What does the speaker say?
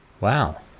wow